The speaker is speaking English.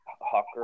Hawker